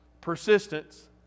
persistence